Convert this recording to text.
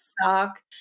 suck